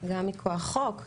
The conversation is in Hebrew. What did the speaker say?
גם מכוח חוק,